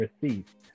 received